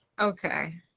Okay